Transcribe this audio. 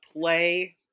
play